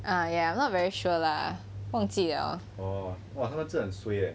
ah ya I am not very sure lah 忘记 liao